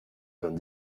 vingt